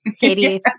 Katie